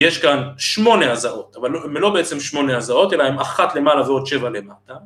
‫יש כאן שמונה הזעות, ‫אבל לא בעצם שמונה הזעות, ‫אלא הן אחת למעלה ‫ועוד שבע למטה.